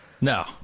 No